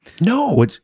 No